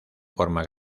forma